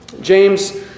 James